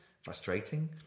frustrating